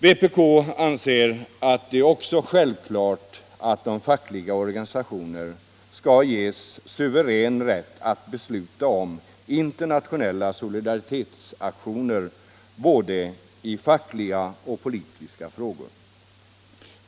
Vpk anser det också självklart att de fackliga organisationerna skall ges suverän rätt att besluta om internationella solidaritetsaktioner i både fackliga och politiska frågor.